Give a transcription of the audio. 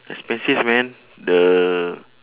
expensive man the